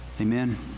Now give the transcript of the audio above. Amen